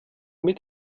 mit